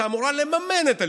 שאמורה לממן את הלימודים.